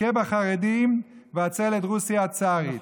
הכה בחרדים והצל את רוסיה הצארית.